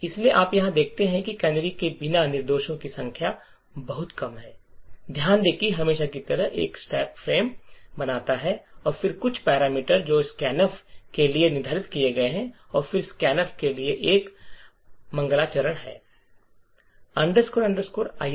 इसलिए आप यहां देखते हैं कि कैनरी के बिना निर्देशों की संख्या बहुत कम है ध्यान दें कि हमेशा की तरह एक स्टैक फ्रेम बनाया जाता है और फिर कुछ पैरामीटर जो स्कैन के लिए निर्धारित किए गए हैं और फिर स्कैन के लिए एक मंगलाचरण है